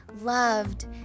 loved